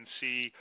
see